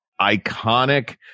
iconic